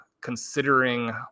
considering